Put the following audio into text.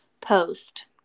post